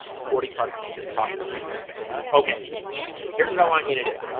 forty parts to this talk we're gonna go fast okay here's what i want you to do